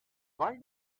why